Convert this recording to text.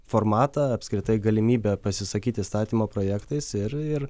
formatą apskritai galimybę pasisakyti įstatymo projektais ir ir